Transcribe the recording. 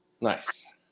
Nice